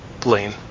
Blaine